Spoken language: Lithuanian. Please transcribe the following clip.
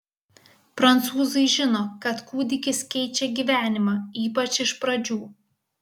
prancūzai žino kad kūdikis keičia gyvenimą ypač iš pradžių